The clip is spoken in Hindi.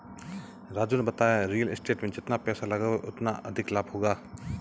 राजू ने बताया रियल स्टेट में जितना पैसे लगाओगे उतना अधिक लाभ होगा